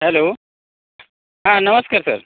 hello हा नमस्कार sir